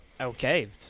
Okay